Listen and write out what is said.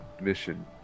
mission